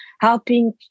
helping